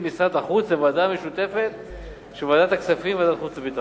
משרד החוץ לוועדה משותפת של ועדת הכספים וועדת החוץ והביטחון.